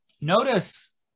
Notice